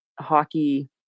hockey